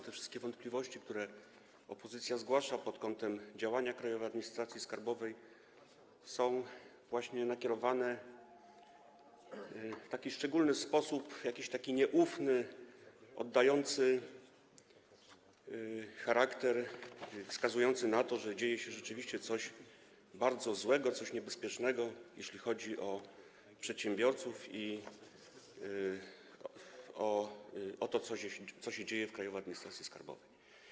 Te wszystkie wątpliwości, które opozycja zgłasza pod kątem działania Krajowej Administracji Skarbowej, są właśnie nakierowane w taki szczególny sposób, jakiś taki nieufny, wskazujący na to, że dzieje się rzeczywiście coś bardzo złego, coś niebezpiecznego, jeśli chodzi o przedsiębiorców i o to, co się dzieje w Krajowej Administracji Skarbowej.